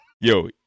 yo